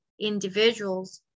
individuals